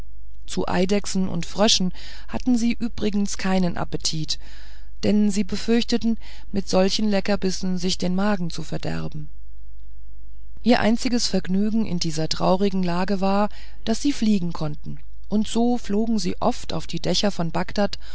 zu eidechsen und fröschen hatten sie übrigens keinen appetit denn sie befürchteten mit solchen leckerbissen sich den magen zu verderben ihr einziges vergnügen in dieser traurigen lage war daß sie fliegen konnten und so flogen sie oft auf die dächer von bagdad